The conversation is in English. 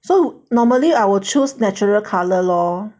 so normally I will choose natural colour lor